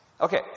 Okay